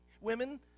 women